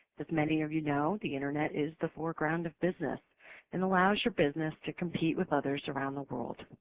as many of you know, the internet is the foreground of business and allows your business to compete with others around the world.